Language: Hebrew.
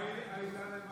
מה העילה למעצרו?